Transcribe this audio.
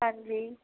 ਹਾਂਜੀ